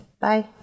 Bye